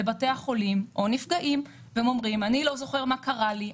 לבתי החולים ואומרים: אני לא זוכר מה קרה לי,